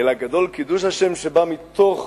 אלא, גדול קידוש השם שבא מתוך